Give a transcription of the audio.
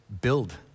build